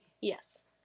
Yes